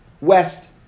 west